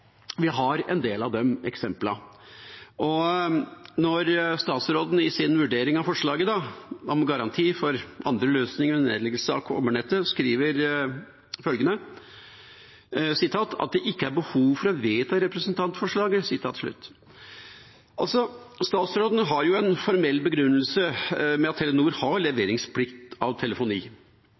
Vi har en del av de eksemplene. Statsråden skriver i sin vurdering av forslaget om garanti for andre løsninger og nedleggelse av kobbernettet at det «ikke er behov for å vedta representantforslaget». Statsråden har en formell begrunnelse i og med at Telenor har leveringsplikt på telefoni.